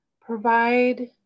provide